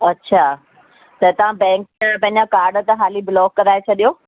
अच्छा त तव्हां बैंक तव्हां पंहिंजा कार्ड तव्हां हाली ब्लॉक कराए छॾियो